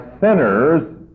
sinners